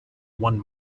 one